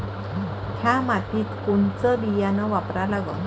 थ्या मातीत कोनचं बियानं वापरा लागन?